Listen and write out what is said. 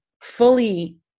fully